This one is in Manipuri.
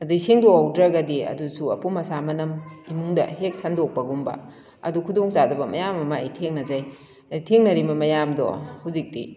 ꯑꯗꯩ ꯁꯦꯡꯗꯣꯛ ꯍꯧꯗ꯭ꯔꯒꯗꯤ ꯑꯗꯨꯁꯨ ꯑꯄꯨꯝ ꯑꯁꯥ ꯃꯅꯝ ꯏꯃꯨꯡꯗ ꯍꯦꯛ ꯁꯟꯗꯣꯛꯄ ꯒꯨꯝꯕ ꯑꯗꯨ ꯈꯨꯗꯣꯡ ꯆꯥꯗꯕ ꯃꯌꯥꯝ ꯑꯃ ꯑꯩ ꯊꯦꯡꯅꯖꯩ ꯑꯗꯩ ꯊꯦꯡꯅꯔꯤꯕ ꯃꯌꯥꯝꯗꯣ ꯍꯧꯖꯤꯛꯇꯤ